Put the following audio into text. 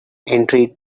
entry